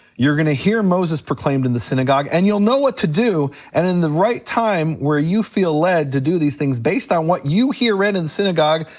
you're gonna hear moses proclaimed in the synagogue, and you'll know what to do and in the right time where you feel led to do these things based on what you hear read in the synagogue,